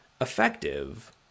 effective